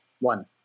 One